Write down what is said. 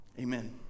Amen